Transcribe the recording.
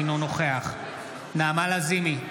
אינו נוכח נעמה לזימי,